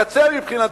מבחינתי,